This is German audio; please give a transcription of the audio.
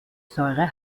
säure